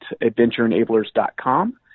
adventureenablers.com